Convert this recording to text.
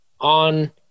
on